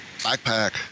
backpack